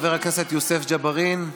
חבר הכנסת יוסף ג'בארין.